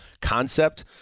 concept